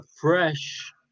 fresh